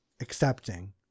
accepting